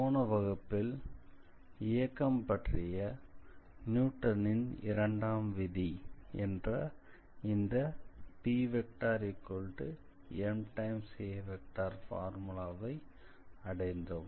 போன வகுப்பில் இயக்கம் பற்றிய நியூட்டனின் இரண்டாம் விதி என்ற இந்த Pma ஃபார்முலாவை அடைந்தோம்